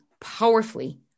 powerfully